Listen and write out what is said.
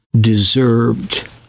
deserved